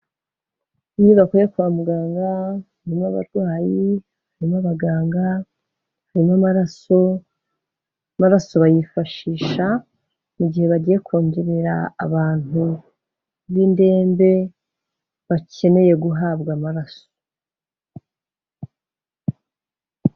Ntibakwiye kwa muganga umwe abarwayi harimo abaganga, harimo amaraso, amaraso bayifashisha mu gihe bagiye kongerera abantu b'indembe bakeneye guhabwa amaraso.